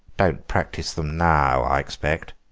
don't practise them now, i expect.